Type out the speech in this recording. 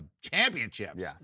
championships